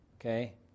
Okay